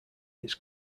its